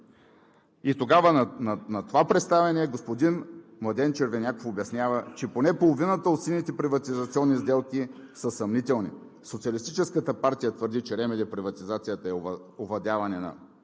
и тогава на това представяне господин Младен Червеняков обяснява, че поне половината от сините приватизационни сделки са съмнителни. Социалистическата партия твърди, че РМД приватизацията е овладяване на